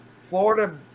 Florida